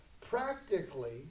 Practically